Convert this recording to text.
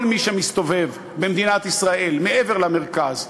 כל מי שמסתובב במדינת ישראל מעבר למרכז,